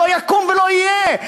לא יקום ולא יהיה.